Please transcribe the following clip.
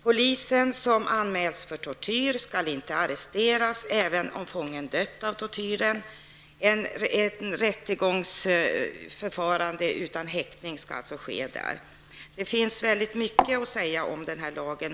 Poliser som anmäls för tortyr skall inte arresteras, även om fången dött av tortyren. Då skall det alltså ske ett rättegångsförfarande utan häktning. Det finns mycket att säga om den nya lagen.